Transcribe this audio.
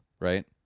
right